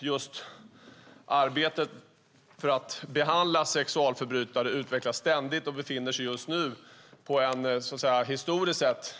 Just arbetet för att behandla sexualförbrytare utvecklas ständigt och befinner sig just nu på en historiskt sett